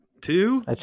Two